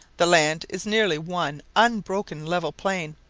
the land is nearly one unbroken level plain,